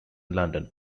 london